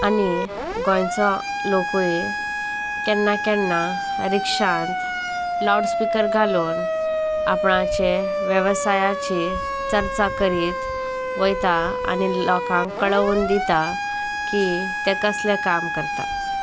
आनी गोंयचो लोकूय केन्ना केन्ना रिक्षांत लावड स्पिकर घालून आपणाचे वेवसायाची चर्चा करीत वयता आनी लोकांक कळवून दिता की तें कसलें काम करता